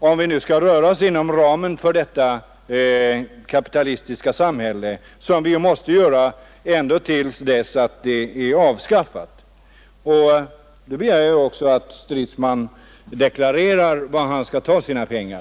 Om vi nu skall röra oss inom ramen för detta kapitalistiska samhälle — vilket vi måste göra ända tills det är avskaffat — begär jag att också herr Stridsman deklarerar varifrån han skall ta sina pengar.